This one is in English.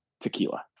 tequila